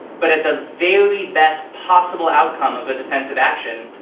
but the very best possible outcome of a defensive action,